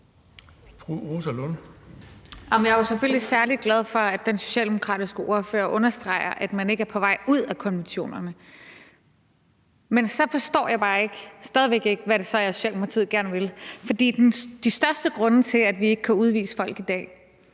særlig glad for, at den socialdemokratiske ordfører understreger, at man ikke er på vej ud af konventionerne, men så forstår jeg stadig væk bare ikke, hvad det så er, Socialdemokratiet gerne vil. For den vigtigste grund til, at vi ikke kan udvise folk i dag,